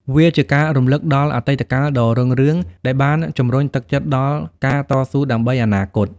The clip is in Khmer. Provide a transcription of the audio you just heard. វាជាការរំលឹកដល់អតីតកាលដ៏រុងរឿង ដែលបានជំរុញទឹកចិត្តដល់ការតស៊ូដើម្បីអនាគត។